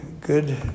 good